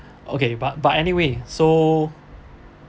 okay but but anyway so